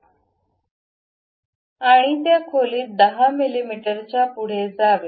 आणि त्या खोलीत 10 मिमीच्या पुढे जावे